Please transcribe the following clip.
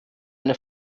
eine